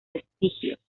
vestigios